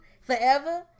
forever